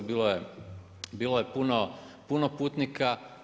Bilo je puno putnika.